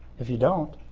if you don't.